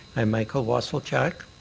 i'm michael wasulchuk.